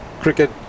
cricket